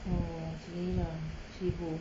oh macam gini lah seribu